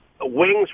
wings